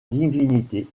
divinité